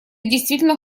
действительно